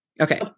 Okay